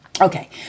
Okay